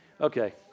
Okay